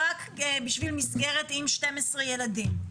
רק בשביל מסגרת עם 12 ילדים.